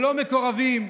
ולא מקורבים.